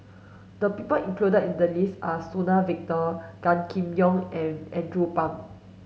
the people included in the list are Suzann Victor Gan Kim Yong and Andrew Phang